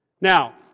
Now